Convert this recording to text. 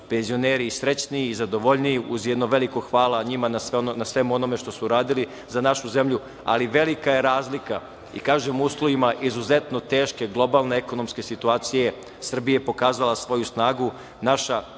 penzioneri srećniji i zadovoljniji uz jedno veliko hvala njima na svemu onome što su uradili za našu zemlju. Ali, velika je razlika i kažem u uslovima izuzetno teške globalne ekonomske situacije Srbija je pokazala svoju snagu. Naša